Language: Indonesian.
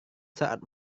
saat